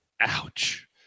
ouch